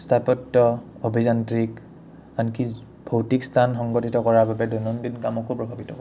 স্থাপত্য অভিযান্ত্ৰিক আনকি ভৌতিক স্থান সংগঠিত কৰাৰ বাবে দৈনন্দিন কামকো প্ৰভাৱিত কৰে